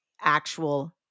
actual